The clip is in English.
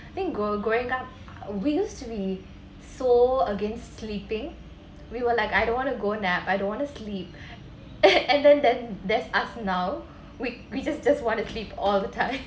then gro~ growing up we used to be so against sleeping we were like I don't want to go nap I don't want to sleep and then then there's us now we we just just want to sleep all the time